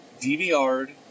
DVR'd